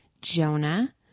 jonah